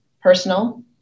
personal